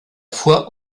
foie